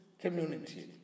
community